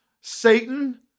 Satan